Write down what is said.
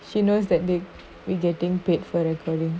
she knows that big we getting paid for recording